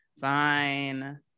fine